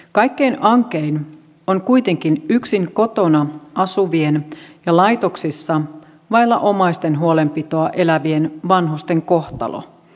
kaikkein ankein on kuitenkin yksin kotona asuvien ja laitoksissa vailla omaisten huolenpitoa elävien vanhusten kohtalo